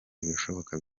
ibishoboka